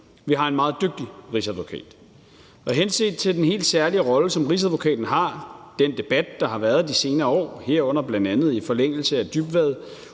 Vi har en meget dygtig rigsadvokat. Henset til den helt særlige rolle, som Rigsadvokaten har, den debat, der har været i de senere år, herunder bl.a. i forlængelse af